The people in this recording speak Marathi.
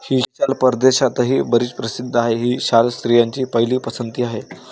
ही शाल परदेशातही बरीच प्रसिद्ध आहे, ही शाल स्त्रियांची पहिली पसंती आहे